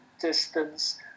distance